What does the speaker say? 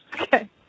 Okay